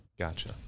Gotcha